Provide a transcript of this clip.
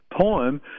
poem